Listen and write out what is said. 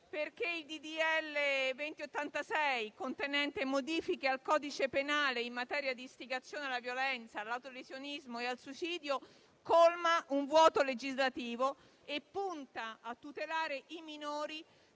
legge n. 2086, contenente modifiche al codice penale in materia di istigazione alla violenza, all'autolesionismo e al suicidio, colma un vuoto legislativo e punta a tutelare i minori,